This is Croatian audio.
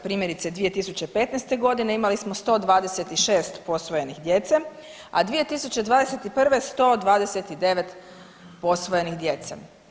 Primjerice 2015.g. imali smo 126 posvojenih djece, a 2021. 129 posvojenih djece.